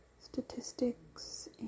statistics